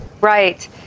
Right